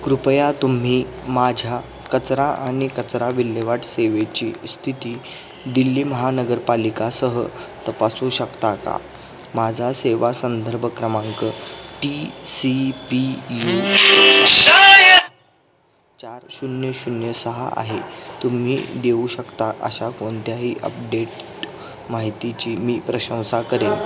कृपया तुम्ही माझ्या कचरा आणि कचरा विल्हेवाट सेवेची स्थिती दिल्ली महानगरपालिकासह तपासू शकता का माझा सेवा संदर्भ क्रमांक टी सी पी यू शून्य शून्य सहा आहे तुम्ही देऊ शकता अशा कोणत्याही अपडेट माहितीची मी प्रशंसा करेन